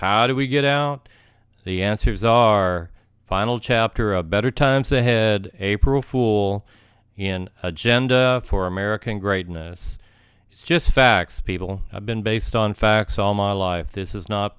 how do we get out the answers our final chapter of better times ahead april fool in agenda for american greatness just facts people have been based on facts all my life this is not